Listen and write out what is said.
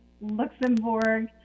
Luxembourg